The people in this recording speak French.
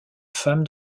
femme